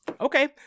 Okay